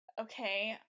Okay